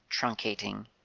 truncating